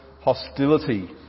hostility